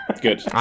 Good